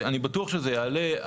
אני בטוח שזה יעלה,